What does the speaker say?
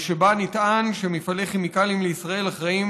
ושבה נטען שמפעלי כימיקלים לישראל אחראים